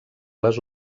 les